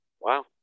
Wow